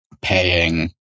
paying